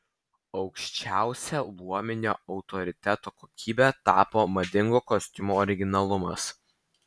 aukščiausia luominio autoriteto kokybe tapo madingų kostiumų originalumas